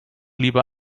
lieber